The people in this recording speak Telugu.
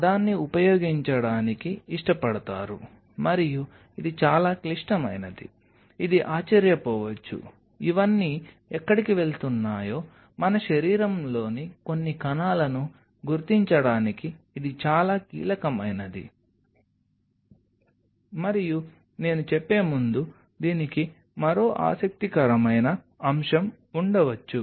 పదాన్ని ఉపయోగించడానికి ఇష్టపడతారు మరియు ఇది చాలా క్లిష్టమైనది ఇది ఆశ్చర్యపోవచ్చు ఇవన్నీ ఎక్కడికి వెళుతున్నాయో మన శరీరంలోని కొన్ని కణాలను గుర్తించడానికి ఇది చాలా కీలకమైనది మరియు నేను చెప్పే ముందు దీనికి మరో ఆసక్తికరమైన అంశం ఉండవచ్చు